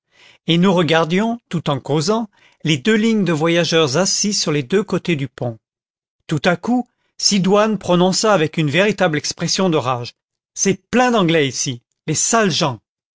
et nous regardions tout en causant les deux lignes de voyageurs assis sur les deux côtés du pont tout à coup sidoine prononça avec une véritable expression de rage c'est plein d'anglais ici les sales gens